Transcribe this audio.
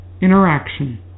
interaction